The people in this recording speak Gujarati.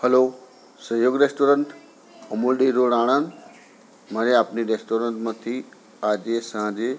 hello Saiyab restaurant Amul dairy road Anand મારે આપની રેસ્ટોરન્ટમાંથી આજે સાંજે